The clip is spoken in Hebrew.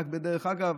דרך אגב,